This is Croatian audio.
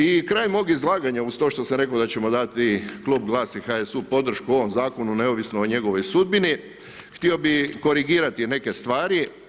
I kraj mog izlaganja uz to što sam rekao da ćemo dati klub GLAS-a i HSU-a podršku ovom zakonu neovisno o njegovoj sudbini, htio bih korigirati neke stvari.